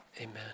amen